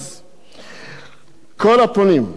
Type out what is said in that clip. כל הפונים היו אחוזי אימה.